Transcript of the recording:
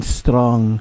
strong